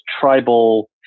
tribal